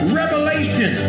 revelation